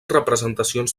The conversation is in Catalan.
representacions